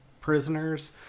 prisoners